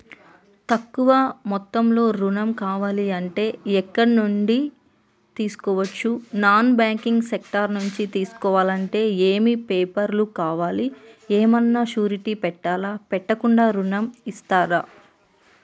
తక్కువ మొత్తంలో ఋణం కావాలి అంటే ఎక్కడి నుంచి తీసుకోవచ్చు? నాన్ బ్యాంకింగ్ సెక్టార్ నుంచి తీసుకోవాలంటే ఏమి పేపర్ లు కావాలి? ఏమన్నా షూరిటీ పెట్టాలా? పెట్టకుండా ఋణం ఇస్తరా?